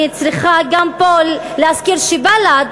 אני צריכה להזכיר פה גם שבל"ד,